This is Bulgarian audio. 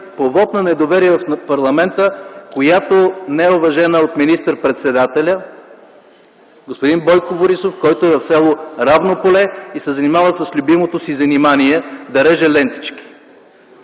по вот на недоверие в парламента, която не е уважена от министър-председателя господин Бойко Борисов, който е в с. Равно поле и се занимава с любимото си занимание – да реже лентички.